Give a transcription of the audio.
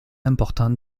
important